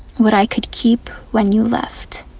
what i could keep when you left